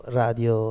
radio